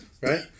Right